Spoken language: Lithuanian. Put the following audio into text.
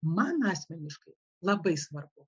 man asmeniškai labai svarbu